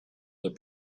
the